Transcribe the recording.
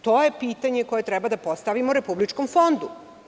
To je pitanje koje treba da postavimo Republičkom fondu.